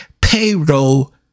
payroll